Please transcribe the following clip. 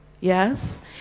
yes